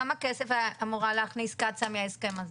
כמה כסף אמורה להכניס קצא"א מההסכם הזה?